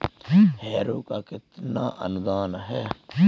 Harrow पर कितना अनुदान है?